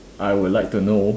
I would like to know